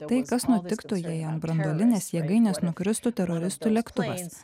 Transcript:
tai kas nutiktų jei an branduolinės jėgainės nukristų teroristų lėktuvais